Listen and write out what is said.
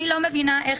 אני לא מבינה איך